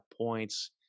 points